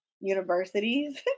universities